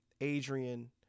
Adrian